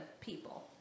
people